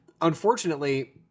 unfortunately